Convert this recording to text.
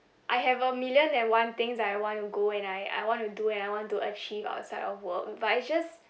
I have a million and one things that I want to go and I I want to do and I want to achieve outside of work but it's just